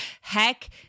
Heck